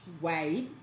wide